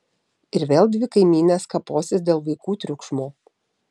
ir vėl dvi kaimynės kaposis dėl vaikų triukšmo